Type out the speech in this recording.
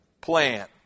plan